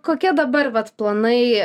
kokie dabar vat planai